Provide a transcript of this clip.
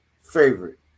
favorite